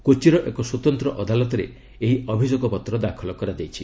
କୋଚିର ଏକ ସ୍ୱତନ୍ତ୍ର ଅଦାଲତରେ ଏହି ଅଭିଯୋଗ ପତ୍ର ଦାଖଲ କରାଯାଇଛି